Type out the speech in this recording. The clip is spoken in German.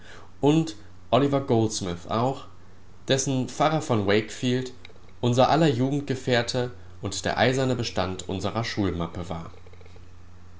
und oliver goldsmith auch dessen pfarrer von wakefield unser aller jugendgefährte und der eiserne bestand unserer schulmappe war